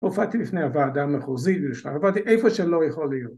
‫הופעתי לפני הוועדה המחוזית, ‫עבדתי איפה שלא יכול להיות.